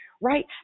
right